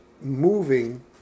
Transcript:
moving